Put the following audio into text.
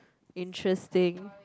interesting